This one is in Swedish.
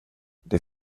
det